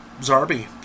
Zarbi